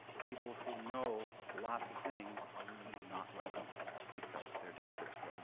people who know lots of things are really not welcome because they're dangerous there. and